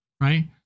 right